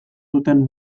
zuten